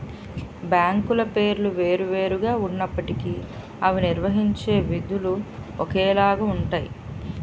బ్యాంకుల పేర్లు వేరు వేరు గా ఉన్నప్పటికీ అవి నిర్వహించే విధులు ఒకేలాగా ఉంటాయి